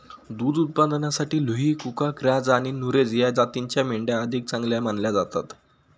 दुध उत्पादनासाठी लुही, कुका, ग्राझ आणि नुरेझ या जातींच्या मेंढ्या अधिक चांगल्या मानल्या जातात